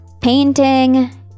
painting